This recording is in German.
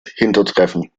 hintertreffen